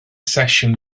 sesiwn